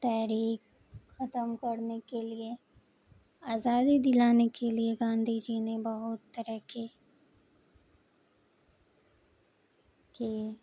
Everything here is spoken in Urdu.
تحریک ختم کرنے کے لیے آزادی دلانے کے لیے گاندھی جی نے بہت طرح کے کہ